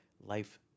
life